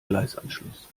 gleisanschluss